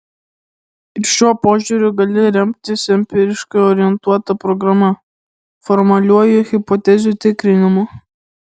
ir šiuo požiūriu gali remtis empiriškai orientuota programa formaliuoju hipotezių tikrinimu